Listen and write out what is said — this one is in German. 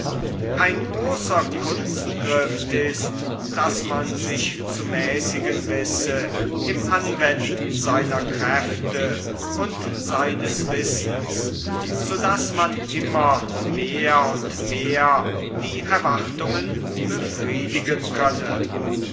ein großer kunstgriff ist daß man sich zu mäßigen wisse im anwenden seiner kräfte und seines wissens so daß man immer mehr und mehr die erwartungen befriedigen könne